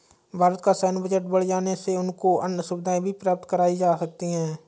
भारत का सैन्य बजट बढ़ जाने से उनको अन्य सुविधाएं भी प्राप्त कराई जा सकती हैं